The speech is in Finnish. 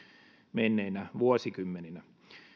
menneinä vuosikymmeninä